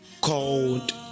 called